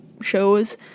shows